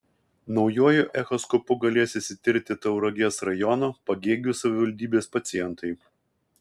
naujuoju echoskopu galės išsitirti tauragės rajono pagėgių savivaldybės pacientai